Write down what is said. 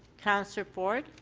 councillor ford.